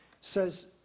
says